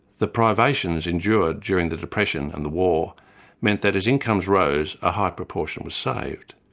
the privations endured during the depression and the war meant that as incomes rose a high proportion was saved.